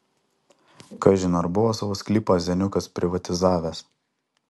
kažin ar buvo savo sklypą zeniukas privatizavęs